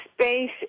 space